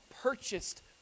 purchased